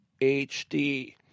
HD